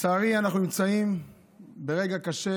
לצערי אנחנו נמצאים ברגע קשה,